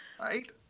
right